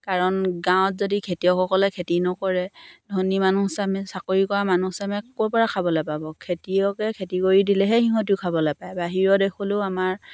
কাৰণ গাঁৱত যদি খেতিয়কসকলে খেতি নকৰে ধনী মানুহচামে চাকৰি কৰা মানুহচামে ক'ৰ পৰা খাবলৈ পাব খেতিয়কে খেতি কৰি দিলেহে সিহঁতিও খাবলে পায় বাহিৰৰ দেশলৈও আমাৰ